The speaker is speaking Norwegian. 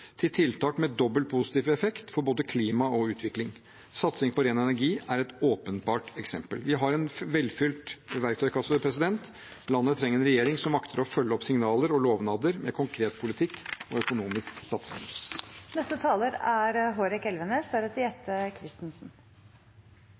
til tiltak med dobbelt positiv effekt for både klima og utvikling. Satsing på ren energi er et åpenbart eksempel. Vi har en velfylt verktøykasse. Landet trenger en regjering som makter å følge opp signaler og lovnader med konkret politikk og økonomisk satsing. Hundre år etter at spanskesyken herjet og rammet 15 000 mennesker i Norge, er